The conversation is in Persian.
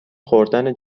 خوردن